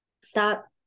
stop